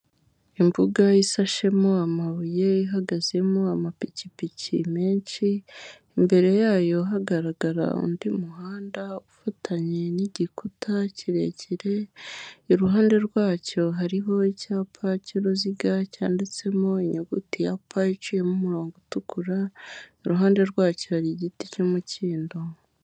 Imbuga isashemo amabuye ihagazemo amapikipiki menshi, imbere yayo hagarara undi muhanda ufatanye n'igikuta kirekire, iruhande rwacyo hariho icyapa cy'uruziga cyanditsemo inyuguti ya p iciyemo umurongo utukura, iruhande rwacyo hari igiti cy'umukindo.